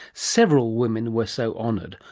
several women were so honoured,